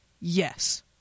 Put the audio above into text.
Yes